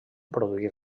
produir